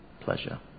pleasure